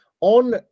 On